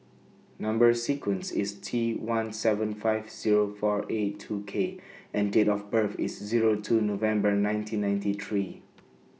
Number sequence IS T one seven five Zero four eight two K and Date of birth IS Zero two November nineteen ninety three